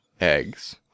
eggs